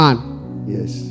Yes